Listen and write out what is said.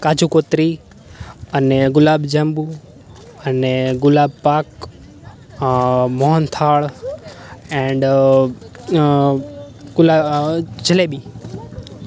કાજુ કતરી અને ગુલાબ જાંબુ અને ગુલાબ પાક મોહનથાળ એન્ડ જલેબી